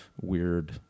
weird